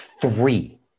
three